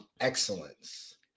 excellence